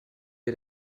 wir